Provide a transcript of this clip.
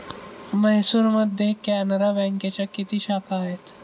म्हैसूरमध्ये कॅनरा बँकेच्या किती शाखा आहेत?